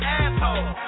asshole